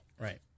Right